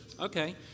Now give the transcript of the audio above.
Okay